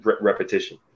repetition